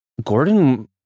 Gordon